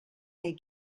they